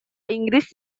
inggris